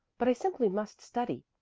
but i simply must study.